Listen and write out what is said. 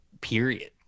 period